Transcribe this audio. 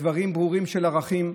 דברים ברורים של ערכים,